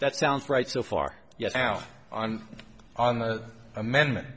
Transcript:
that sounds right so far yes now on on the amendment